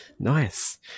nice